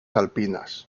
alpinas